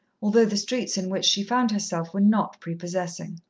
although the streets in which she found herself were not prepossessing.